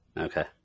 Okay